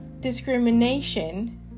discrimination